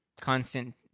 Constant